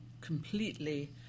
completely